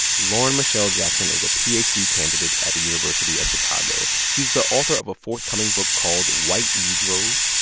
lauren michele jackson is a ph d. candidate at the university of chicago. she's the author of a forthcoming book called white negroes.